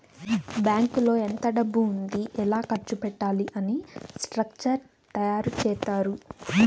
బ్యాంకులో ఎంత డబ్బు ఉంది ఎలా ఖర్చు పెట్టాలి అని స్ట్రక్చర్ తయారు చేత్తారు